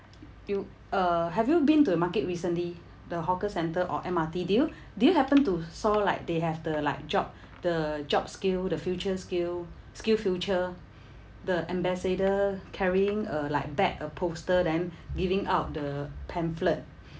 you uh have you been to the market recently the hawker centre or M_R_T do you do you happen to saw like they have the like job the job skill the future skill skill future the ambassador carrying uh like bag a poster then giving out the pamphlet